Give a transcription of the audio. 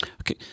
Okay